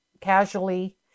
casually